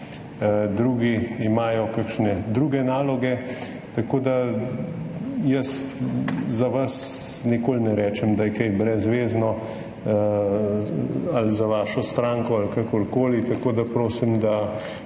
drugi imajo kakšne druge naloge. Tako da jaz za vas nikoli ne rečem, da je kaj brezvezno ali za vašo stranko ali kakorkoli. Tako da prosim, da